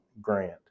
grant